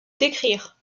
décrire